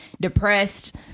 depressed